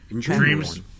Dreams